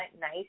nice